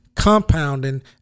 compounding